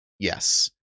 Yes